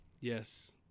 Yes